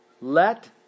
Let